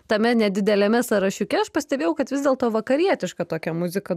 tame nedideliame sąrašiuke aš pastebėjau kad vis dėlto vakarietiška tokia muzika